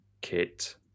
kit